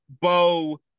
Bo